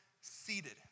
seated